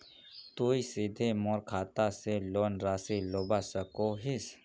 तुई सीधे मोर खाता से लोन राशि लुबा सकोहिस?